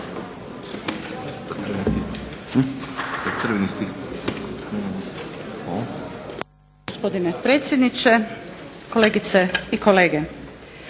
Gospodine predsjedniče, kolegice i kolege.